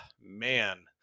man